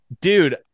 dude